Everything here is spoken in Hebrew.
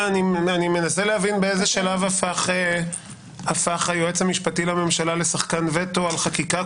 אני מנסה להבין באיזה שלב הפך היועץ המשפטי לממשלה לשחקן וטו על חקיקה,